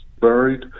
buried